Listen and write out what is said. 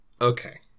Okay